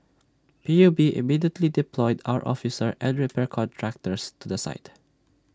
P U B immediately deployed our officers and repair contractors to the site